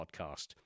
Podcast